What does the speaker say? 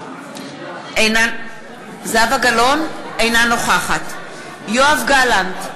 אינה נוכחת יואב גלנט,